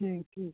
thank you